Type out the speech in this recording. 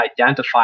identify